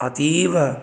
अतीव